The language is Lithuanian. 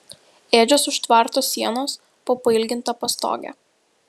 ėdžios už tvarto sienos po pailginta pastoge